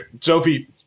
Sophie